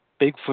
Bigfoot